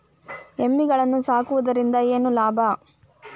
ಎಮ್ಮಿಗಳು ಸಾಕುವುದರಿಂದ ಏನು ಲಾಭ?